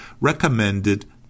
recommended